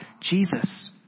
Jesus